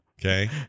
Okay